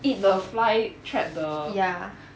eat the flytrap the